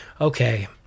okay